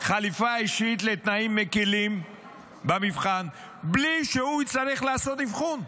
חליפה אישית לתנאים מקילים במבחן בלי שהוא יצטרך לעשות אבחון.